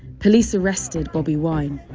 police arrested bobi wine,